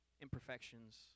imperfections